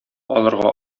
алырга